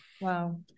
Wow